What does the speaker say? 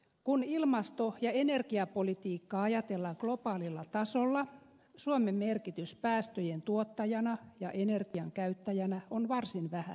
kun ilmasto ja energiapolitiikkaa ajatellaan globaalilla tasolla suomen merkitys päästöjen tuottajana ja energian käyttäjänä on varsin vähäinen